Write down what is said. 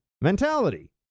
mentality